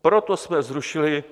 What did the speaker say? Proto jsme zrušili...